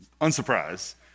Unsurprised